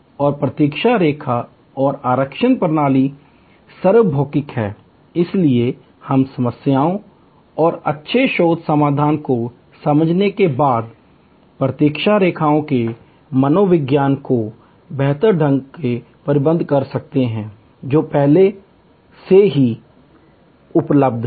और प्रतीक्षा रेखा और आरक्षण प्रणाली सार्वभौमिक हैं लेकिन हम समस्याओं और अच्छे शोध समाधान को समझने के बाद प्रतीक्षा रेखाओं के मनोविज्ञान को बेहतर ढंग से प्रबंधित कर सकते हैं जो पहले से ही उपलब्ध हैं